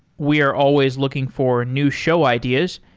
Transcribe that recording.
we are always looking for new show ideas.